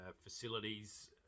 facilities